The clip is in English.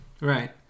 right